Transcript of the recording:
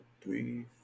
three